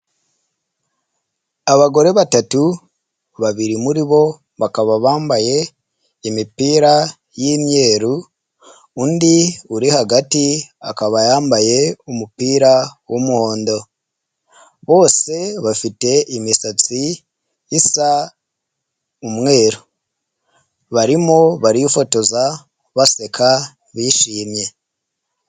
Abagore batatu, babiri muri bo bakaba bambaye imipira y'imyeru, undi uri hagati akaba yambaye umupira w'umuhondo. Bose bafite imisatsi isa umweru. Barimo barifotoza baseka, bishimye.